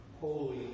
Holy